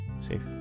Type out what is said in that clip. safe